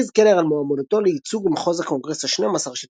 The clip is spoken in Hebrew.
הכריז קלר על מועמדותו לייצוג מחוז הקונגרס ה-12 של